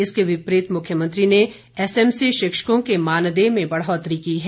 इसके विपरीत मुख्यमंत्री ने एसएमसी शिक्षकों के मानदेय में बढ़ोतरी की है